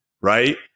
right